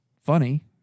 funny